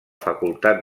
facultat